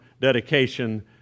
dedication